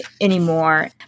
anymore